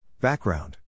Background